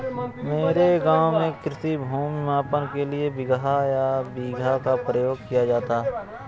मेरे गांव में कृषि भूमि मापन के लिए बिगहा या बीघा का प्रयोग किया जाता है